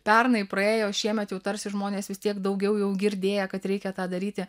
pernai praėjo šiemet jau tarsi žmonės vis tiek daugiau jau girdėję kad reikia tą daryti